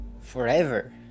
forever